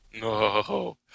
No